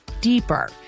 deeper